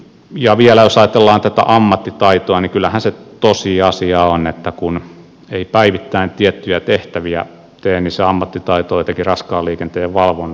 ja vielä jos ajatellaan tätä ammattitaitoa niin kyllähän se tosiasia on että kun ei päivittäin tiettyjä tehtäviä tee niin se ammattitaito etenkin raskaan liikenteen valvonnassa häviää